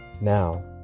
Now